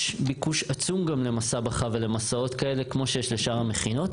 יש ביקוש עצום גם למסבח"ה ולמסעות כאלה כמו שיש לשאר המכינות,